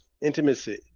intimacy